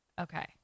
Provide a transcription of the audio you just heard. Okay